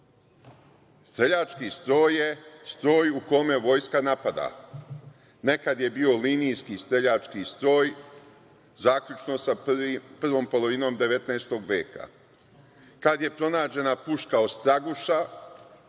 Streljački stroj je stroj u kome vojska napada. Nekad je bio linijski streljački stroj, zaključno sa prvom polovinom 19. veka. Kad je pronađena puška „Ostraguša“,